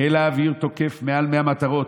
חיל האוויר תוקף מעל 100 מטרות.